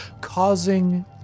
causing